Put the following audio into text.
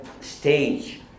stage